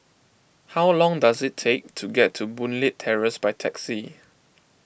how long does it take to get to Boon Leat Terrace by taxi